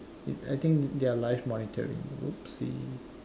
I think they're live monitoring oopsie